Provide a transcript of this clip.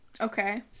Okay